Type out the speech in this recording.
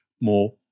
more